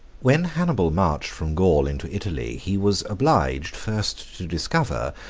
when hannibal marched from gaul into italy, he was obliged, first to discover,